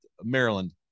Maryland